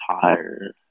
tired